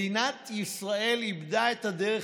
מדינת ישראל איבדה את הדרך.